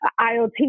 IOT